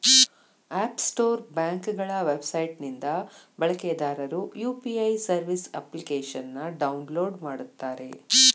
app store ಬ್ಯಾಂಕ್ಗಳ website ನಿಂದ ಬಳಕೆದಾರರು ಯು.ಪಿ.ಐ ಸರ್ವಿಸ್ ಅಪ್ಲಿಕೇಶನ್ನ ಡೌನ್ಲೋಡ್ ಮಾಡುತ್ತಾರೆ